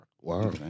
Wow